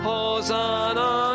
Hosanna